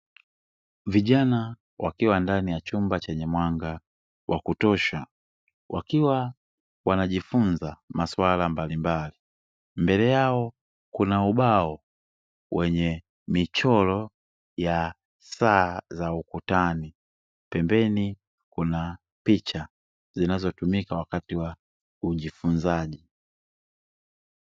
Vijana wakiwa ndani ya chumba chenye mwanga wa kutosha wakiwa wanajifunza masuala mbalimbali, mbele yao kuna ubao wenye michoro ya saa za ukutani pembeni kuna picha zinazotumika wakati wa ujifunzaji.